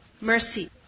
mercy